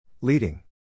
Leading